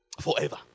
Forever